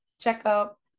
checkup